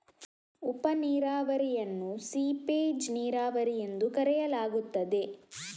ಉಪ ನೀರಾವರಿಯನ್ನು ಸೀಪೇಜ್ ನೀರಾವರಿ ಎಂದೂ ಕರೆಯಲಾಗುತ್ತದೆ